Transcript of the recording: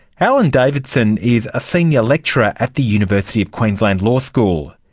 alan davidson is a senior lecturer at the university of queensland law school.